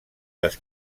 les